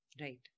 Right